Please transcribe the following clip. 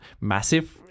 Massive